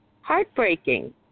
heartbreaking